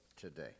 today